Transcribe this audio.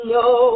no